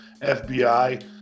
FBI